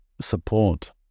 support